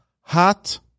hot